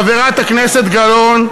חברת הכנסת גלאון,